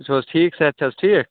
تُہۍ چھُو حظ ٹھیٖک صحت چھِ حظ ٹھیٖک